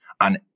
On